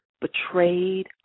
betrayed